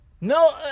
No